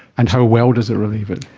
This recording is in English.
and how well does it relieve it?